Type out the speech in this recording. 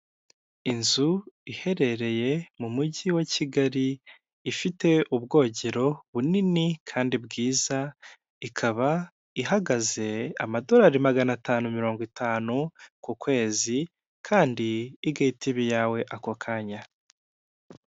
Inzu iherereye mu mujyi wa Kigali ifite ubwogero bunini kandi bwiza ikaba ihagaze Amadolari magana atanu mirongo itanu ku kwezi kandi igahita ibe iyawe ako kanya.